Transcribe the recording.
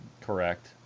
Correct